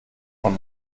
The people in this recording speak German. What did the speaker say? von